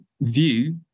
view